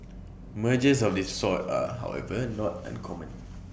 mergers of this sort are however not uncommon